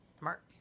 Mark